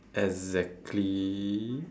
exactly